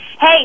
Hey